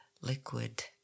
liquid